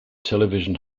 television